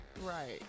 Right